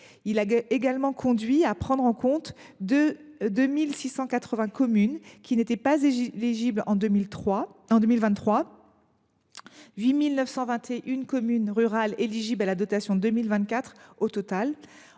Il a également conduit à prendre en compte 2 680 communes qui n’y étaient pas éligibles en 2023, 8 921 communes rurales étant éligibles à la dotation en 2024. Sont